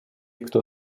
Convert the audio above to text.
кто